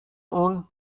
اون